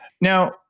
Now